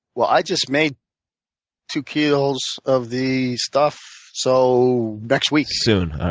well, i just made two kilos of the stuff, so next week. soon,